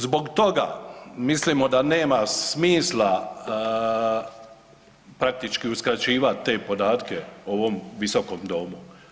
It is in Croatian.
Zbog toga mislimo da nema smisla praktički uskraćivat te podatke ovom visokom domu.